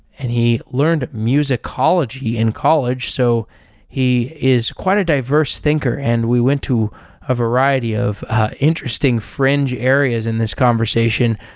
and he learned musicology in college, so he is quite a diverse thinker and we went to a variety of interesting fringe areas in this conversation.